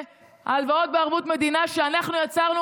וההלוואות בערבות מדינה שאנחנו יצרנו